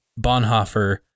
Bonhoeffer